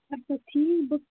اَچھا ٹھیٖک بہٕ